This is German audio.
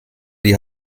die